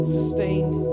Sustained